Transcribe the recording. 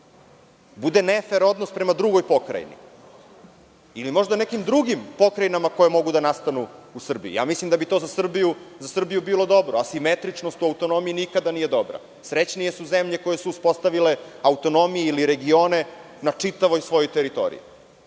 bude nefer odnos prema drugoj pokrajini, ili možda nekim drugim pokrajinama koje mogu da nastanu u Srbiji. Ja mislim da bi to za Srbiju bilo dobro, asimetričnost u autonomiji nikada nije dobra. Srećnije su zemlje koje su uspostavile autonomije ili regione na čitavoj svojoj teritoriji.